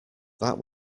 that